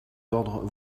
d’ordre